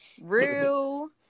real